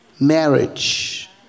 marriage